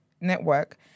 network